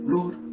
Lord